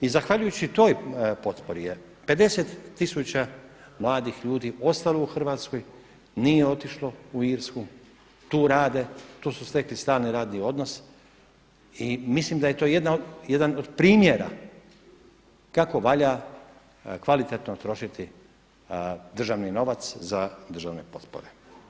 I zahvaljujući toj potpori je 50 tisuća mladih ljudi ostalo u Hrvatskoj, nije otišlo u Irsku, tu rade, tu su stekli stan i radni odnos i mislim da je to jedan od primjera kako valja kvalitetno trošiti državni novac za državne potpore.